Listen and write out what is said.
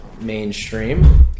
mainstream